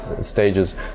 stages